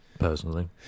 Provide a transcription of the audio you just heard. personally